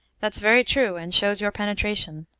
that's very true, and shows your penetration.